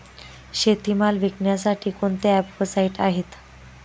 शेतीमाल विकण्यासाठी कोणते ॲप व साईट आहेत?